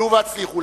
עלו והצליחו.